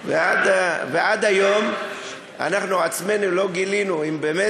עד היום אנחנו עצמנו לא גילינו אם באמת